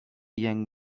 young